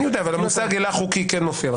אני יודע, אבל המושג "הילך חוקי" כן מופיע.